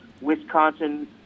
Wisconsin